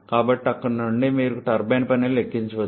కాబట్టి అక్కడ నుండి మీకు టర్బైన్ పనిని లెక్కించవచ్చు